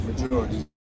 majority